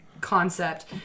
concept